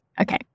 Okay